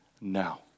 now